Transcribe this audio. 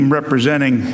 representing